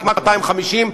רק 250,